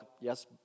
yes